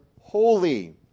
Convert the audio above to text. holy